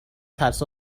ترس